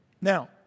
Now